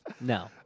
No